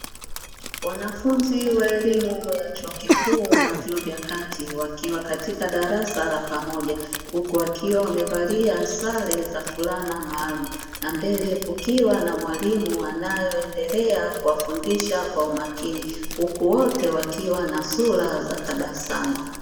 Wanafunzi wa elimu ya chuo kikuu na vyuo vya kati wakiwa katika darasa la pamoja huku wakiwa wamevalia sare za fulana maalumu, na mbele kukiwa na mwalimu anayeendelea kuwafundisha kwa umakini huku wote wakiwa na sura za tabasamu.